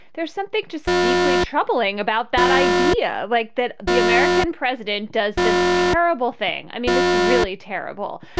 there's something just deeply troubling about that idea like that the american president does this terrible thing. i mean, it's really terrible.